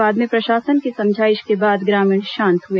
बाद में प्रशासन की समझाइश के बाद ग्रामीण शांत हुए